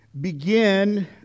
begin